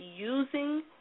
using